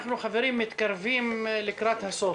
חברים, אנחנו מתקרבים לקראת הסוף.